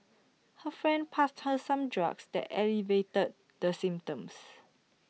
her friend passed her some drugs that alleviated the symptoms